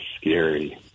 scary